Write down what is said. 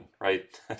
right